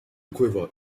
quiver